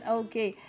okay